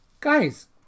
Guys